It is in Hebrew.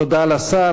תודה לשר.